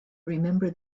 remember